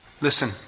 Listen